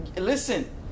Listen